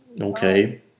okay